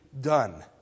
done